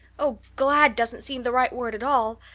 oh, glad doesn't seem the right word at all.